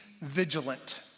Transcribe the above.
vigilant